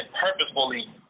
purposefully